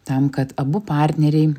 tam kad abu partneriai